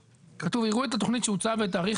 כתוב "יראו את התכנית שהוצעה ואת תאריך